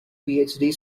phd